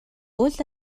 үйл